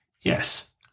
Yes